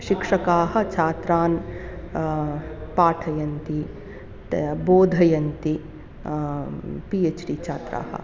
शिक्षकाः छात्रान् पाठयन्ति त बोधयन्ति पि एच् डि छात्राः